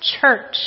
church